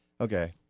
okay